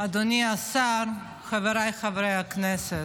אדוני השר, חבריי חברי הכנסת,